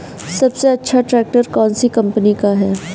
सबसे अच्छा ट्रैक्टर कौन सी कम्पनी का है?